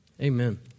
Amen